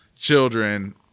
children